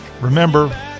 Remember